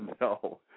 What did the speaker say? No